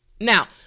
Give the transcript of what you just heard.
now